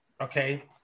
Okay